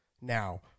now